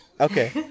Okay